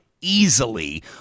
Easily